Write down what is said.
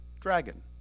dragon